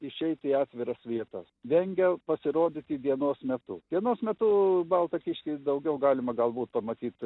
išeiti į atviras vietas vengia pasirodyti dienos metu dienos metu baltą kiškį daugiau galima galbūt pamatyti